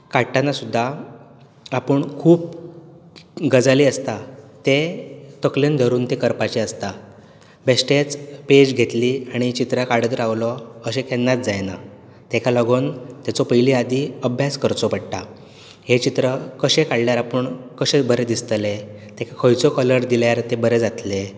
ते काडटना सुद्दां आपूण खूब गजाली आसता ते तकलेन धरून ते करपाचे आसतात बेश्टेंच पेज घेतलो आनी चित्रां काडीत रावलो अशें केन्ना जायना तेका लागून तेचो पयलीं आदीं अभ्यास करचो पडटा हें चित्र कशें काडल्यार आपूण कशें बरें दिसतलें तेका खंयचो कलर दिल्यार तें बरें जातलें